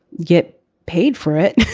get paid for it.